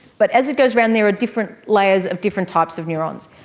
but as it goes around there are different layers of different types of neurons.